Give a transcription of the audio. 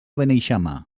beneixama